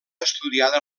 estudiada